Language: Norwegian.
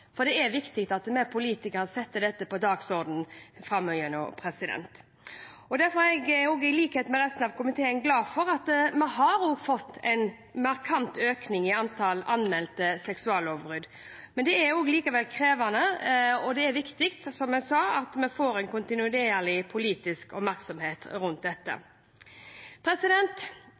Det er viktig at vi politikere setter dette på dagsordenen framover. Derfor er jeg i likhet med resten av komiteen glad for at vi har fått en markant økning i antall anmeldte seksuallovbrudd. Men det er likevel krevende, og det er viktig – som jeg sa – at vi kontinuerlig får politisk oppmerksomhet rundt dette.